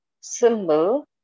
symbol